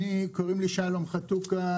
קוראים לי שלום חתוקה,